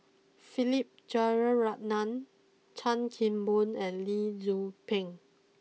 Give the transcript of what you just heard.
Philip Jeyaretnam Chan Kim Boon and Lee Tzu Pheng